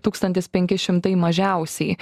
tūkstantis penki šimtai mažiausiai